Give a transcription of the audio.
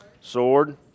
Sword